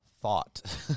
thought